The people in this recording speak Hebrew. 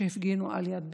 שהפגינו ליד ביתו.